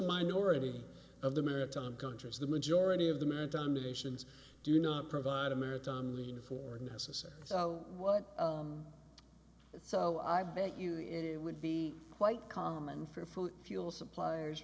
minority of the maritime countries the majority of the maritime nations do not provide a marathon lead for necessary so what so i bet you it would be quite common for full fuel suppliers